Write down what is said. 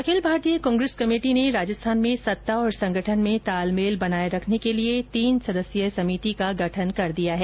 अखिल Bharatiya Congress committee ने राजस्थान में सत्ता और संगठन में तालमेल बनाए रखने के लिए तीन सदस्यीय समिति का गठन कर दिया है